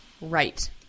right